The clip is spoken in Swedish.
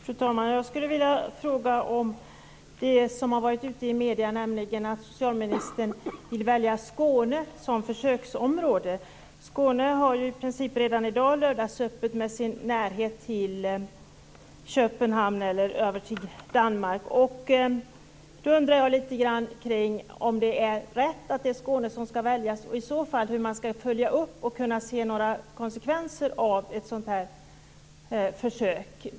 Fru talman! Jag skulle vilja fråga om en uppgift som förekommit i medierna, nämligen att socialministern vill välja Skåne som försöksområde. Skåne har ju redan i dag i princip lördagsöppet genom sin närhet till Köpenhamn/Danmark. Är det riktigt att Skåne skall väljas? Hur skall man i så fall följa upp för att kunna se konsekvenserna av ett sådant här försök?